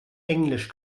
englisch